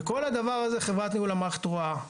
את כל הדבר הזה חברת ניהול המערכת רואה.